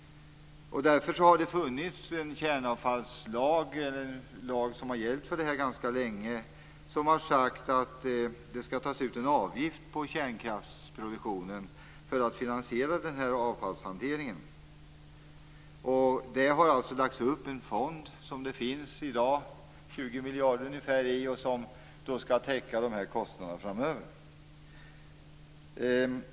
Därför har det funnits en kärnavfallslag som har gällt för det här området ganska länge. Enligt den skall det tas ut en avgift på kärnkraftsproduktionen för att finansiera avfallshanteringen. Det har alltså lagts upp en fond som det i dag finns ungefär 20 miljarder i som skall täcka de här kostnaderna framöver.